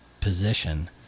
position